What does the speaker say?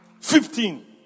Fifteen